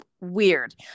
weird